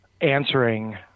answering